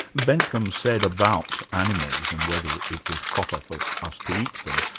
bentham said about animals and whether it was proper for us to eat them,